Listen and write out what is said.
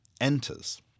enters